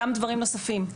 גם דברים נוספים,